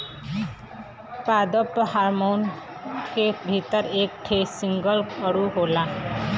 पादप हार्मोन के भीतर एक ठे सिंगल अणु होला